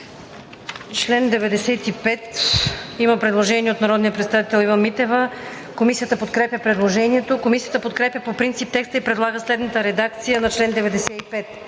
чл. 100 има предложение на народния представител Ива Митева. Комисията подкрепя предложението. Комисията подкрепя по принцип текста и предлага следната редакция на чл.